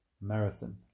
marathon